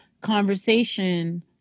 conversation